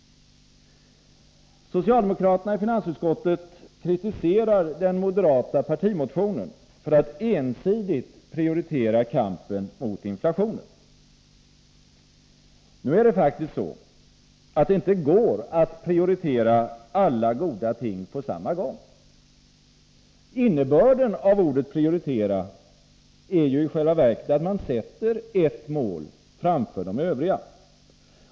Socialdemokraterna i finansutskottet kritisterar den moderata partimotionen för att ensidigt prioritera kampen mot inflationen. Nu är det faktiskt så, att det inte går att prioritera alla goda ting på samma gång. Innebörden av ordet prioritera är ju i själva verket att man sätter ett mål framför de övriga.